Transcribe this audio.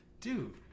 Dude